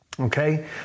Okay